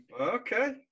okay